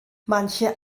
manche